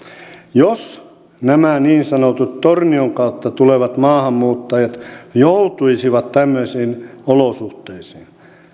jos nämä niin sanotut tornion kautta tulevat maahanmuuttajat joutuisivat tämmöisiin olosuhteisiin